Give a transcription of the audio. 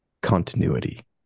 continuity